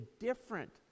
different